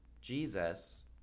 Jesus